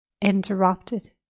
interrupted